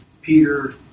Peter